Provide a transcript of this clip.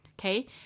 Okay